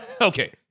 okay